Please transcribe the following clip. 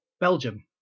belgium